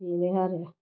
बेनो आरो